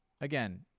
again